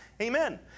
Amen